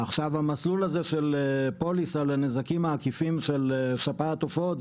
עכשיו המסלול הזה לפוליסה לנזקים העקיפים של שפעת עופות,